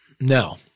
no